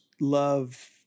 love